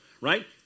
right